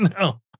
no